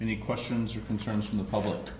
any questions or concerns from the public